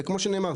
וכמו שנאמר,